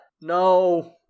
No